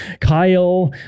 Kyle